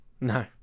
No